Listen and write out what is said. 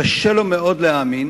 קשה לו מאוד להאמין,